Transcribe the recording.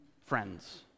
friends